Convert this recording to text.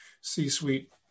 C-suite